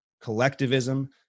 collectivism